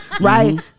right